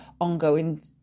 ongoing